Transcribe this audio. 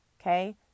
Okay